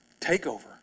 takeover